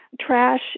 trash